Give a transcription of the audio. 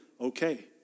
okay